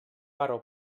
però